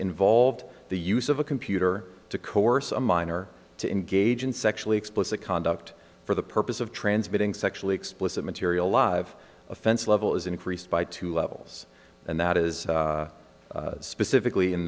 involved the use of a computer to coerce a minor to engage in sexually explicit conduct for the purpose of transmitting sexually explicit material live offense level is increased by two levels and that is specifically in